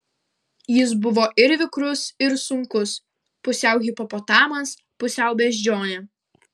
jis buvo ir vikrus ir sunkus pusiau hipopotamas pusiau beždžionė